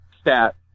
stat